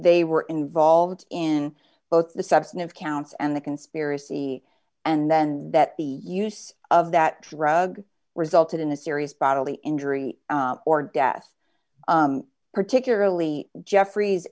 they were involved in both the substantive counts and the conspiracy and then that the use of that drug resulted in a serious bodily injury or death particularly jeffrey